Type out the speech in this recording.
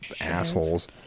assholes